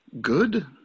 good